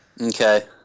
Okay